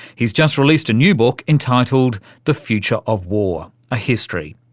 he's just released a new book entitled the future of war a history.